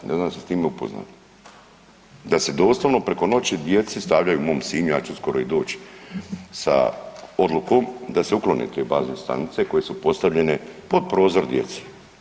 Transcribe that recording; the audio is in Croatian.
Ne znam jeste li s time upoznati da se doslovno preko noći djeci stavljaju u mom Sinju ja ću skoro i doći sa odlikom da se uklone te bazne stanice koje su postavljene pod prozor djeci.